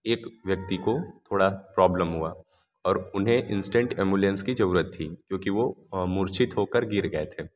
एक व्याक्ति को थोड़ा प्रॉबलम हुआ और उन्हें इंस्टेंट एम्बुलेंस की ज़रूरत थी क्योंकि वो मूर्छित होकर गिर गए थे